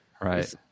Right